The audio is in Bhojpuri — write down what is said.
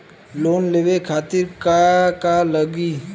लोन लेवे खातीर का का लगी?